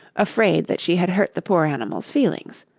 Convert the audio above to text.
afraid that she had hurt the poor animal's feelings.